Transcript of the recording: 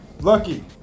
Lucky